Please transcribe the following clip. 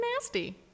nasty